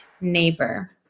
Neighbor